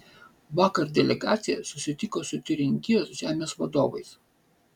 vakar delegacija susitiko su tiuringijos žemės vadovais